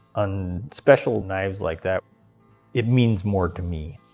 on special knives like that it means more to me.